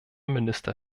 minister